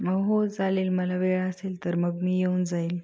हो चालेल मला वेळ असेल तर मग मी येऊन जाईल